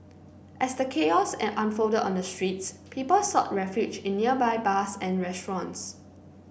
as the chaos unfolded on the streets people sought refuge in nearby bars and restaurants